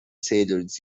sailors